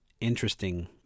interesting